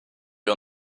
wir